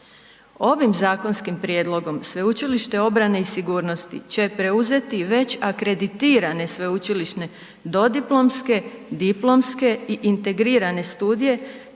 Ovim zakonskim prijedlogom, Sveučilište obrane i sigurnosti će preuzeti već akreditirane sveučilišne dodiplomske, diplomske i integrirane studije